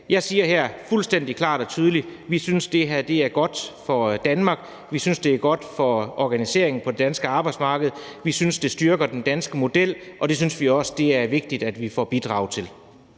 Jeg siger her fuldstændig klart og tydeligt, at vi synes, det her er godt for Danmark; vi synes, det er godt for organiseringen på det danske arbejdsmarked; vi synes, det styrker den danske model. Og det synes vi også er vigtigt at vi får bidraget til.